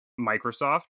microsoft